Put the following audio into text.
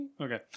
okay